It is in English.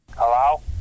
Hello